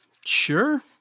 sure